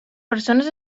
persones